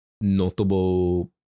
notable